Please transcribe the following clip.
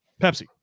Pepsi